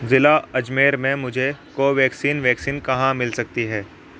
ضلع اجمیرمیں مجھے کوویکسین ویکسین کہاں مل سکتی ہے